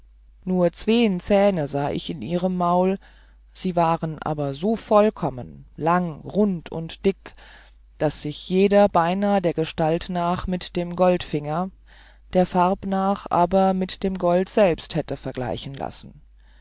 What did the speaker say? nur zween zähne sahe ich in ihrem maul sie waren aber so vollkommen lang rund und dick daß sich jeder beinahe der gestalt nach mit dem goldfinger der farb nach aber sich mit dem gold selbst hätte vergleichen lassen